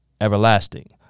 everlasting